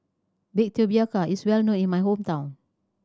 baked tapioca is well known in my hometown